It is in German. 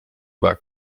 war